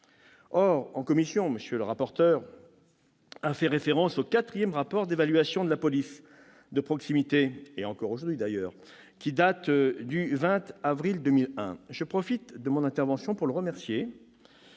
En commission, M. le rapporteur a fait référence au quatrième rapport d'évaluation de la police de proximité, qui date du 20 avril 2001. Je profite de mon intervention pour le remercier